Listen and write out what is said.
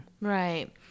Right